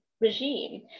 regime